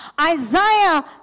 Isaiah